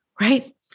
right